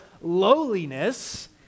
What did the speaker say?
lowliness